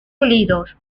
unidos